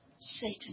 Satan